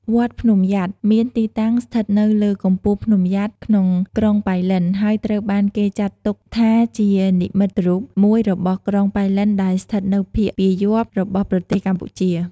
វត្តភ្នំយ៉ាតមានទីតាំងស្ថិតនៅលើកំពូលភ្នំយ៉ាត ក្នុងក្រុងប៉ៃលិន ហើយត្រូវបានគេចាត់ទុកថា ជានិមិត្តរូបមួយរបស់ក្រុងប៉ៃលិនដែលស្ថិតនៅភាគពាយ័ព្យរបស់ប្រទេសកម្ពុជា។